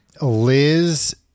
Liz